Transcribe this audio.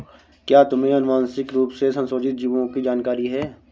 क्या तुम्हें आनुवंशिक रूप से संशोधित जीवों की जानकारी है?